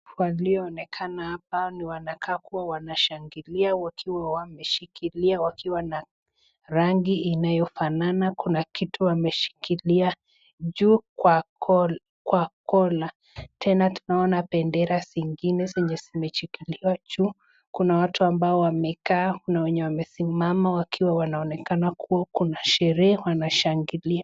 Kwa walioonekana hapa ni wanakaa kuwa wanashangilia wakiwa wameshikilia wakiwa na rangi inayofanana. Kuna kitu wameshikilia juu kwa kola kwa kola. Tena tunaona bendera zingine zenye zimechikiliwa juu. Kuna watu ambao wamekaa, kuna wenye wamesimama wakiwa wanaonekana kuwa kuna sherehe wanashangilia.